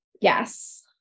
Yes